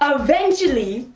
ah eventually,